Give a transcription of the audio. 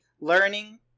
learning